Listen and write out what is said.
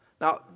Now